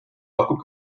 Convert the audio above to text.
lahkub